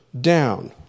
down